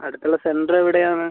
അടുത്തുള്ള സെൻ്ററ് എവിടെയാണ്